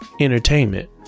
entertainment